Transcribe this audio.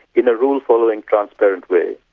in a rule-following transparent way,